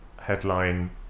headline